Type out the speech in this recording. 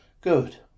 Good